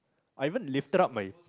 I even lifted up my